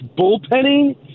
bullpenning